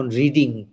reading